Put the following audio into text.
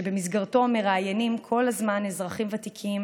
שבמסגרתו מראיינים כל הזמן אזרחים ותיקים